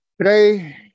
Today